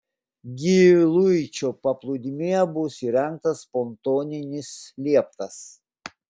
giluičio paplūdimyje bus įrengtas pontoninis lieptas